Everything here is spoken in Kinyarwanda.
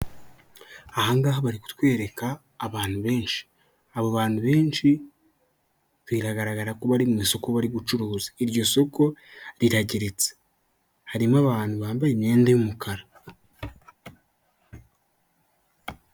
Ahangaha bari kutwereka abantu benshi, abo bantu benshi biragaragara ko bari mu isoko bari gucuruza ,iryo soko rirageretse, harimo abantu bambaye imyenda y'umukara.